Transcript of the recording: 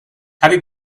happy